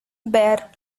bare